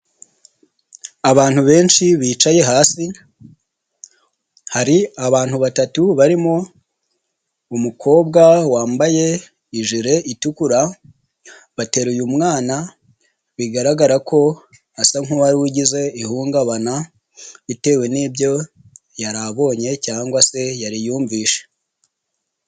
Abantu benshi bicaye hasi, hari abantu batatu barimo umukobwa wambaye ijire itukura, bateruye umwana bigaragara ko asa nk'uwar ugize ihungabana bitewe n'ibyo yari abonye cyangwa se yari yumvise.